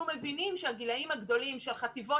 מבינים שהגילים הגדולים של חטיבות,